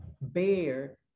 bear